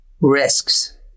risks